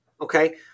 okay